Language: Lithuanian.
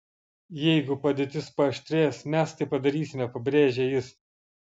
jeigu padėtis paaštrės mes tai padarysime pabrėžė jis